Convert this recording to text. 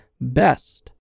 Best